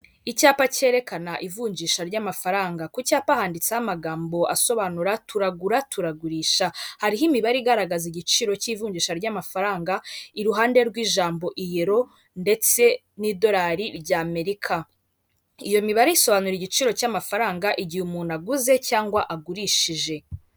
Icyapa cyerekana ivunjisha ry'amafaranga, ku cyapa handitseho amagambo asobanura; turagura turagurisha. Hariho imibare igaragaza igiciro cy'ivunjisha ry'amafaranga iruhande rw'ijambo iyero ndetse n'idolari ry' Amerika. Iyo mibare isobanura igiciro cy'amafaranga igihe umuntu aguze cyangwa agurishije.